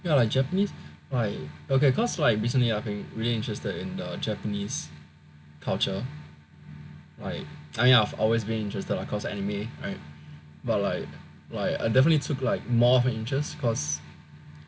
ya like Japanese right okay cause like recently I've been really interested in the Japanese culture like !aiya! I've always been interested lah cause anime right but like well I like I definitely took like more of an interest cause